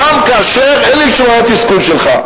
גם כאשר אין לי תשובה לתסכול שלך.